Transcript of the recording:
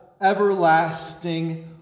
everlasting